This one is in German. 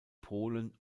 polen